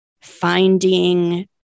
finding